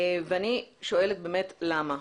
ואני שואלת באמת: למה?